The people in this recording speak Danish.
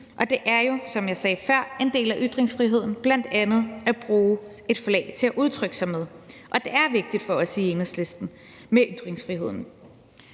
Det er jo, som jeg sagde før, en del af ytringsfriheden bl.a. at bruge et flag til at udtrykke sig med. Og det er vigtigt for os i Enhedslisten med ytringsfriheden.